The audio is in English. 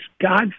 god